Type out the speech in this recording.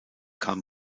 kam